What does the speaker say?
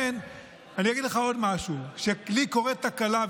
אני אגיד לך עוד משהו: כשלי קורית תקלה,